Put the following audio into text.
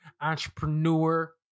entrepreneur